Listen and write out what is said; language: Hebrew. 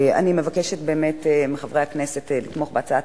אני מבקשת מחברי הכנסת לתמוך בהצעת